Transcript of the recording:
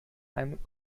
einem